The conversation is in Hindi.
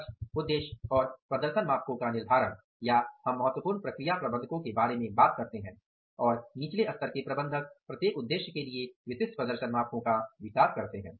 लक्ष्य उद्देश्य और प्रदर्शन मापकों का निर्धारण या हम महत्वपूर्ण प्रक्रिया प्रबंधकों के बारे में बात करते हैं और निचले स्तर के प्रबंधक प्रत्येक उद्देश्य के लिए विशिष्ट प्रदर्शन मापको का विकास करते हैं